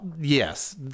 Yes